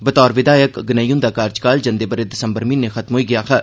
बतौर विधायक गनेई हुंदा कार्यकाल जंदे ब'रे दिसम्बर म्हीने खत्म होई गेआ हा